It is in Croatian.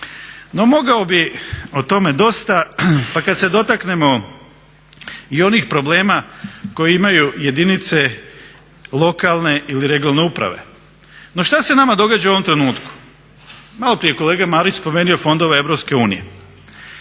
No, mogao bih o tome dosta. Pa kad se dotaknemo i onih problema koje imaju jedinice lokalne ili regionalne uprave. No, što se nama događa u ovom trenutku? Maloprije je kolega Marić spomenuo fondove EU.